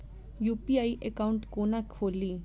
UPI account केना खोलि?